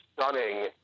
stunning